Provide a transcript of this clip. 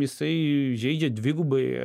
jisai žeidžia dvigubai